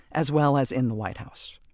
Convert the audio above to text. as well as in the white house